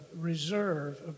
reserve